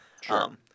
Sure